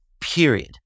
period